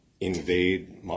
invade